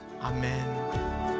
Amen